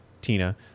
tina